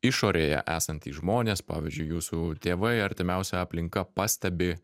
išorėje esantys žmonės pavyzdžiui jūsų tėvai artimiausia aplinka pastebi